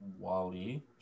Wally